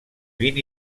vint